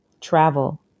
travel